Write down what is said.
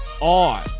on